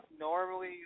normally